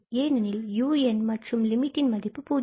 ஏனெனில் un மற்றும் limit இன் மதிப்பு 0